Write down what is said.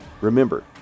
Remember